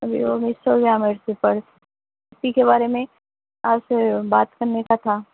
ابھی وہ مس ہو گیا میرے سے پرس اسی کے بارے میں آپ سے بات کرنے کا تھا